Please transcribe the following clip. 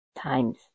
times